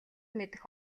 мэдэх